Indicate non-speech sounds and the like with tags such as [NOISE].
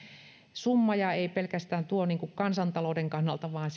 summa ei pelkästään kansantalouden kannalta vaan [UNINTELLIGIBLE]